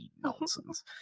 nonsense